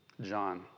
John